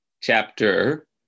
chapter